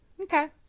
Okay